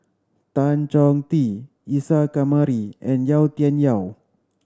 Tan Chong Tee Isa Kamari and Yau Tian Yau